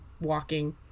walking